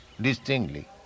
distinctly